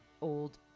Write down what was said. old